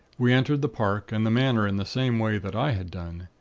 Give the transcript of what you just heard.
we entered the park and the manor in the same way that i had done.